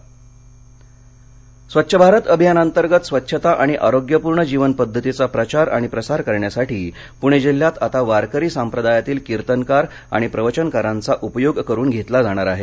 स्वच्छ भारत स्वच्छ भारत अभियानांतर्गत स्वच्छता आणि आरोग्यपूर्ण जीवन पद्धतीचा प्रचार आणि प्रसार करण्यासाठी पुणे जिल्ह्यात आता वारकरी सांप्रदायातील कीर्तनकार आणि प्रवचनकारांचा उपयोग करून घेतला जाणार आहे